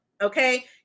okay